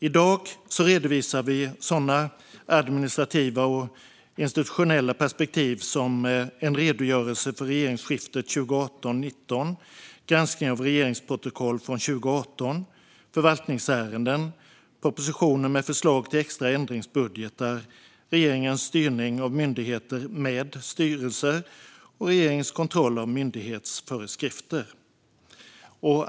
I dag redovisar vi sådana administrativa och institutionella perspektiv, som en redogörelse för regeringsskiftet 2018-2019, granskning av regeringsprotokoll från 2018, förvaltningsärenden, propositioner med förslag till extra ändringsbudgetar, regeringens styrning av myndigheter med styrelser och regeringens kontroll av myndighetsföreskrifter.